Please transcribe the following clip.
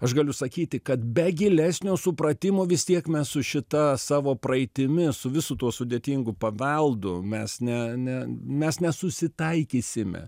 aš galiu sakyti kad be gilesnio supratimo vis tiek mes su šita savo praeitimi su visu tuo sudėtingu paveldu mes ne ne mes nesusitaikysime